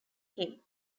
him